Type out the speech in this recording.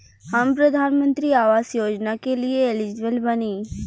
हम प्रधानमंत्री आवास योजना के लिए एलिजिबल बनी?